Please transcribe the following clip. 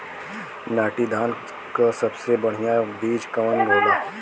नाटी धान क सबसे बढ़िया बीज कवन होला?